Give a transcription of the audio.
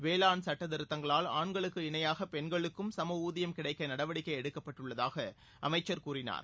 வேளாண் சுட்டத்திருத்தங்களால் ஆண்களுக்கு இணையாக பெண்களுக்கும் சம ஊதியம் கிடைக்க நடவடிக்கை எடுக்கப்பட்டுள்ளதாக அமைச்சர் கூறினார்